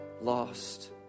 lost